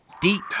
Deep